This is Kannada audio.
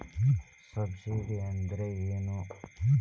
ಸಬ್ಸಿಡಿ ಅಂದ್ರೆ ಏನು?